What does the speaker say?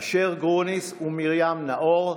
אשר גרוניס ומרים נאור,